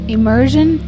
Immersion